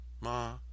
ma